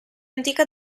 antica